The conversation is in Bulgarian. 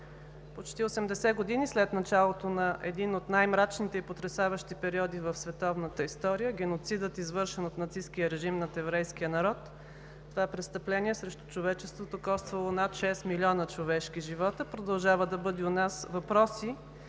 Почти 80 години след началото на един от най-мрачните и потресаващи периоди в световната история – геноцидът, извършен от нацисткия режим над еврейския народ, това престъпление срещу човечеството, коствало над шест милиона човешки живота, продължава да буди у нас въпроси